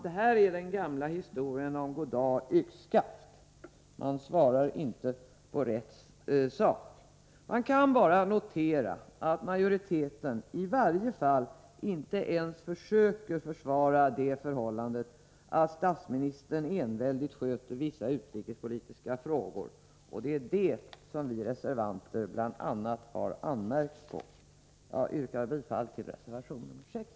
Detta är den gamla historien om God dag-yxskaft — man svarar inte på rätt sak. Vi kan bara notera att majoriteten i varje fall inte ens försöker försvara det förhållandet att statsministern enväldigt sköter vissa utrikespolitiska frågor, och det är det som vi reservanter bl.a. har anmärkt på. Jag yrkar bifall till reservation nr 6.